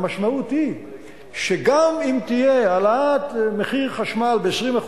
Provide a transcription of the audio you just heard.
המשמעות היא שגם אם תהיה העלאת מחיר חשמל ב-20%,